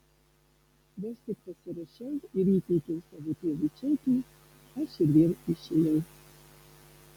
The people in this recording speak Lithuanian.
vos tik pasirašiau ir įteikiau savo tėvui čekį aš ir vėl išėjau